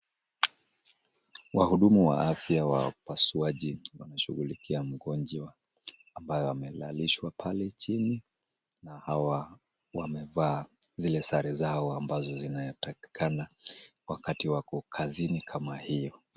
Wahudumu wa afya wa upasuaji wanashughulikia mgonjwa ambaye amelalishwa pale chini na hawa wamevaa zile sare zao ambazo zinatakikana wakati wako kazini kama hiyo.